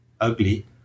ugly